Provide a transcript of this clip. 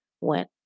went